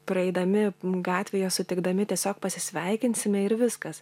praeidami gatvėje sutikdami tiesiog pasisveikinsime ir viskas